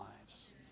lives